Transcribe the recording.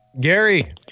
Gary